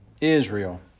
Israel